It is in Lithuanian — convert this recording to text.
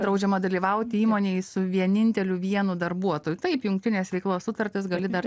draudžiama dalyvauti įmonėj su vieninteliu vienu darbuotoju taip jungtinės veiklos sutartis gali dar